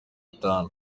itanu